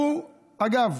אגב,